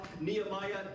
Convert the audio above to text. Nehemiah